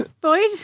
Boyd